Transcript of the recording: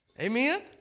Amen